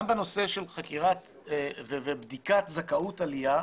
גם בנושא של חקירת ובדיקת זכאות עלייה,